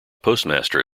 postmaster